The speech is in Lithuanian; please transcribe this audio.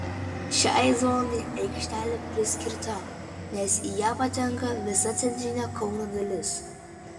šiai zonai aikštelė priskirta nes į ją patenka visa centrinė kauno dalis